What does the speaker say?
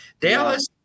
Dallas